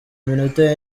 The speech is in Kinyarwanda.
minota